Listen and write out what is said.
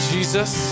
Jesus